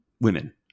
women